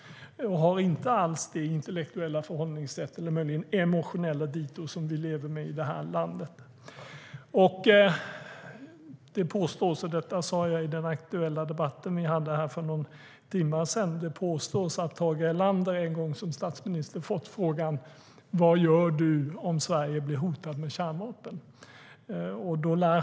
Man har inte alls det intellektuella förhållningssätt - eller möjligen emotionella dito - som vi lever med i det här landet. Det påstås, och det sa jag i den aktuella debatten vi hade här för någon timme sedan, att Tage Erlander en gång som statsminister fick frågan: Vad gör du om Sverige blir hotat med kärnvapen?